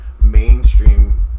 mainstream